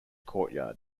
courtyard